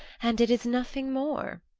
and it is nothing more.